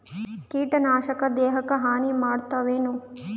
ಕೀಟನಾಶಕ ದೇಹಕ್ಕ ಹಾನಿ ಮಾಡತವೇನು?